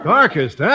Darkest